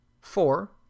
Four